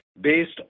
based